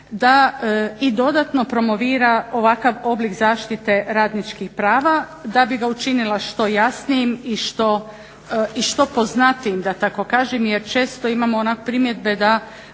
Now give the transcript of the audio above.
da i dodatno promovira ovakav oblik zaštite radničkih prava da bi ga učinila što jasnijim i što poznatijim da tako kažem. Jer često imamo primjedbe da